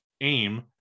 AIM